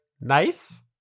nice